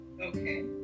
Okay